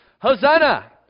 Hosanna